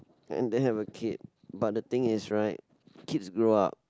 and then have a kid but the thing is right kids grow up